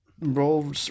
Roll